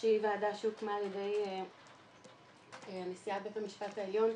שהיא ועדה שהוקמה על ידי נשיאת בית המשפט העליון,